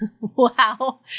Wow